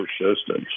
persistence